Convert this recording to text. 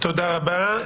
תודה רבה.